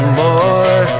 more